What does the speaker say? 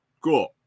Cool